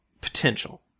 potential